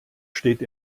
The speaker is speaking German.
steht